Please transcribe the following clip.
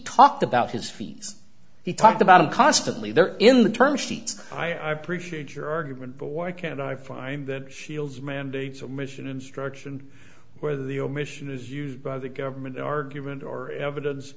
talked about his fees he talked about a constantly there in the term sheets i appreciate your argument boy can i find that shields mandates a mission instruction whether the omission is used by the government argument or evidence